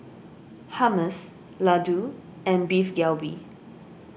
Hummus Ladoo and Beef Galbi